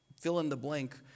fill-in-the-blank